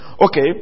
Okay